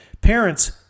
Parents